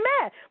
mad